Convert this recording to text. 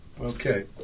Okay